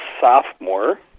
sophomore